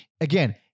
again